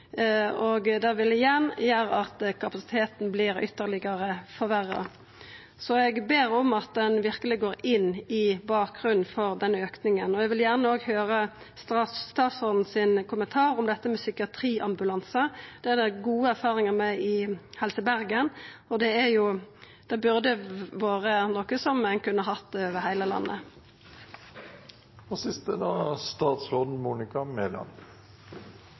kapasiteten vert ytterlegare forverra. Eg ber om at ein verkeleg går inn i bakgrunnen for denne aukinga. Eg vil gjerne òg høyra statsråden sin kommentar om dette med psykiatriambulanse. Det er det gode erfaringar med i Helse Bergen, og det burde vore noko ein kunne hatt over heile landet. Jeg takket interpellanten for interpellasjonen fordi jeg mener at temaet er